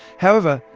however,